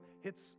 hits